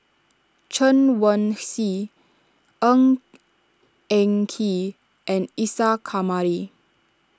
Chen Wen Hsi Ng Eng Kee and Isa Kamari